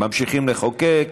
ממשיכים לחוקק,